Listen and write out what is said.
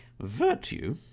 Virtue